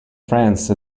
france